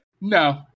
no